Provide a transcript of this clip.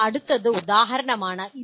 ഇപ്പോൾ അടുത്തത് ഉദാഹരണമാണ്